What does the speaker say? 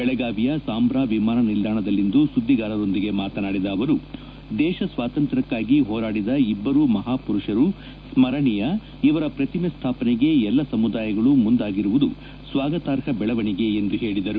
ಬೆಳಗಾವಿಯ ಸಾಂಭ್ರಾ ವಿಮಾನ ನಿಲ್ವಾಣದಲ್ಲಿಂದು ಸುದ್ದಿಗಾರರೊಂದಿಗೆ ಮಾತನಾಡಿದ ಅವರು ದೇಶ ಸ್ವಾತಂತ್ರ್ಯಕ್ಕಾಗಿ ಹೋರಾಡಿದ ಇಇಬ್ಬರೂ ಮಹಾಪುರುಷರು ಸ್ಪರಣೀಯ ಇವರ ಪ್ರತಿಮೆ ಸ್ಟಾಪನೆಗೆ ಎಲ್ಲ ಸಮುದಾಯಗಳು ಮುಂದಾಗಿರುವುದು ಸ್ವಾಗರ್ಹ ಬೆಳವಣೆಗೆ ಎಂದು ಹೇಳಿದರು